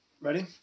Ready